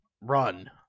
run